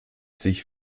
sich